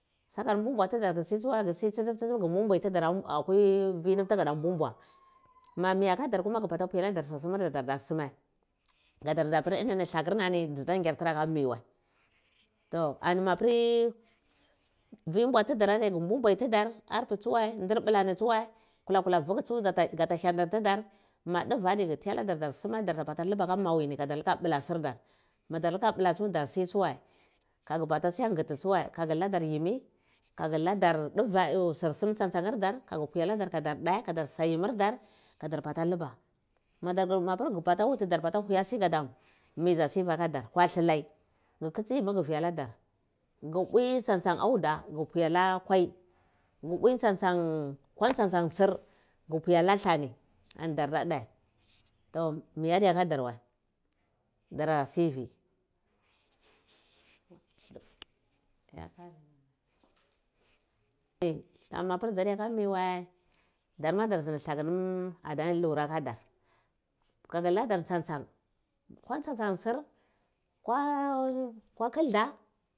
Dzi si tsuwa gu mbwai mbwai tidari akwi vui nam tuga ma mwi aka dartsuwai gu bata viwalladar sursume darda suma kadar nda mpir inini dlakur dari ndzi ta ngeri tura aka mi wai to mapir vir mbwa mbwa tudar aidi ghu mbwai tudar tsuwai tsu ghu hyanti tidari ma duve adai ghu tai aladai dar da bula luba aka mawi ni kadar luka mwar plani sirdar madar luka bla tsuwai dar si tsiwai kha ghu bata suwa gata tsuwai ka ghu ladar yimi ko ga ladar duve dar sum tsan tsani dar gu pwi alada kadar dhe kadar sa yimmirdar kadar bala luba mapu gu bata wuti tar pola si gadam mi dza sivi akadar ko dhila ghu kitsi yimi gu via ladar ghu pwi tsan tsan auda gu vi aladar alla kwai ghu pwi tsan tsan ko tsan tsan ntsir gu pwi ala dlah ni ani dardo deh to mi adi yakadar wai dara sivi mapir dzadiyaka mi wai darma dai zindi apir dlakir dur ada lura akadar kagu dladu. tsantsan ko tsan tsan tsir ko kilda